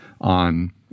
on